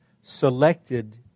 selected